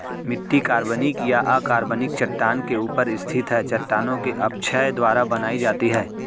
मिट्टी कार्बनिक या अकार्बनिक चट्टान के ऊपर स्थित है चट्टानों के अपक्षय द्वारा बनाई जाती है